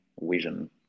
vision